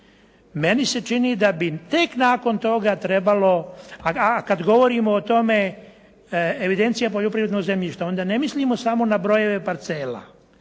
Meni se čini da bi tek nakon toga trebalo, a kad govorimo o tome Evidencija poljoprivrednog zemljišta onda ne mislimo samo na brojeve parcela